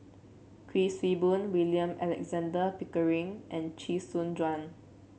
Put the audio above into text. Kuik Swee Boon William Alexander Pickering and Chee Soon Juan